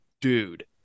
dude